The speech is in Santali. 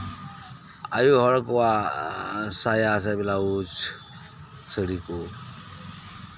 ᱟᱭᱳ ᱦᱚᱲ ᱠᱚᱣᱟᱜ ᱥᱟᱭᱟ ᱥᱮ ᱵᱞᱟᱣᱩᱡᱽ ᱥᱟᱹᱲᱤ ᱠᱚ